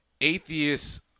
atheists